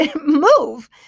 move